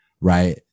Right